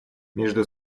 между